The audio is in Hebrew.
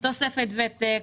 תוספת ותק,